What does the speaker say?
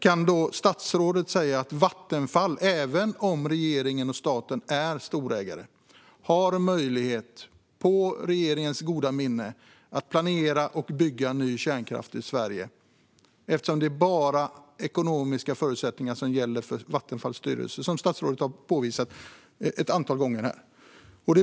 Kan statsrådet säga att Vattenfall, även om regeringen och staten är storägare, har möjlighet att med regeringens goda minne planera och bygga ny kärnkraft i Sverige, och att det bara är ekonomiska förutsättningar som gäller för Vattenfalls styrelse, vilket statsrådet har påpekat ett antal gånger här?